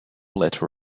letter